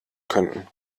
können